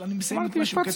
אני מסיים את מה שהוא כתב.